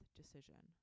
decision